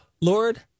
Lord